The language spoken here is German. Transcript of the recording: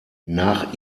nach